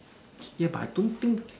ya but I don't think